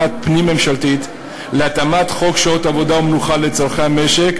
פנים-ממשלתית להתאמת חוק שעות עבודה ומנוחה לצורכי המשק,